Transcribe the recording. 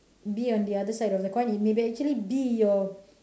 be on the other side of the coin it may be actually be your